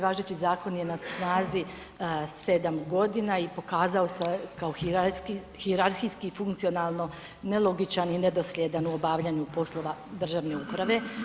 Važeći zakon je na snazi 7 g. i pokazao se kao hijerarhijski i funkcionalno nelogičan i nedosljedan u obavljanju poslova državne uprave.